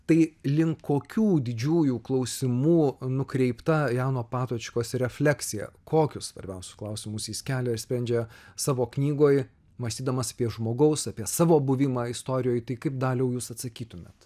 tai link kokių didžiųjų klausimų nukreipta jano patočkos refleksija kokius svarbiausius klausimus jis kelia ir sprendžia savo knygoj mąstydamas apie žmogaus apie savo buvimą istorijoj tai kaip daliau jūs atsakytumėt